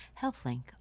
HealthLink